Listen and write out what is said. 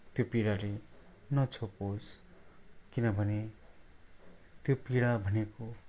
त्यो पीडाले नछोपोस् किनभने त्यो पीडा भनेको